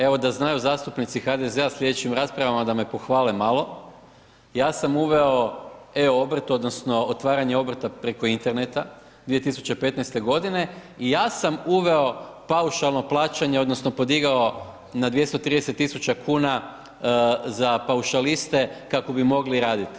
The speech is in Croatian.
Evo da znaju zastupnici HDZ-a u slijedećim raspravama da me pohvale malo, ja sam uveo e-obrt odnosno otvaranje obrta preko interneta 2015. godine i ja sam uveo paušalno plaćanje odnosno podigao na 230.000 kuna za paušaliste kako bi mogli raditi.